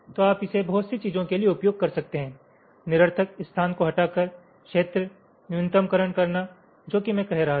तो आप इसे बहुत सी चीजों के लिए उपयोग कर सकते हैं निरर्थक स्थान को हटाकर क्षेत्र न्यूनतमकरण करना जो कि मैं कह रहा था